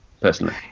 personally